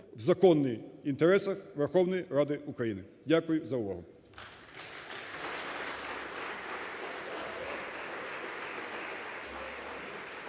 в законних інтересах Верховної Ради України. Дякую за увагу.